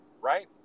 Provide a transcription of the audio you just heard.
right